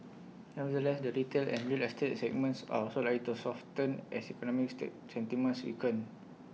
nevertheless the retail and real estate segments are also likely to soften as economic still sentiments weaken